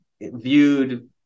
viewed